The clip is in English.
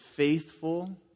faithful